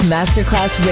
Masterclass